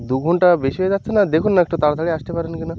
দু ঘণ্টা বেশি হয়ে যাচ্ছে না দেখুন না একটু তাড়াতাড়ি আসতে পারেন কিনা